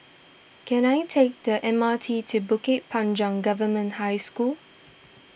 can I take the M R T to Bukit Panjang Government High School